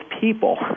people